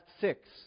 six